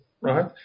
right